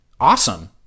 awesome